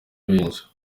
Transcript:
benshi